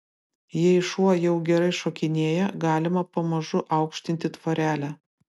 jei šuo jau gerai šokinėja galima pamažu aukštinti tvorelę